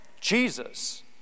Jesus